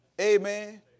Amen